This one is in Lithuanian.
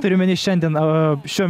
turiu omeny šiandien šiuo